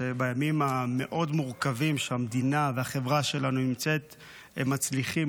שבימים המאוד-מורכבים שהמדינה והחברה שלנו נמצאות הם מצליחים